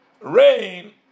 Rain